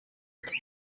ati